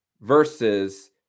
versus